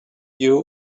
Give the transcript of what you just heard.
you